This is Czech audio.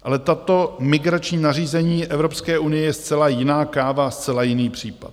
Ale toto migrační nařízení Evropské unie je zcela jiná káva a zcela jiný případ.